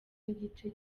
n’igice